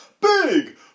Big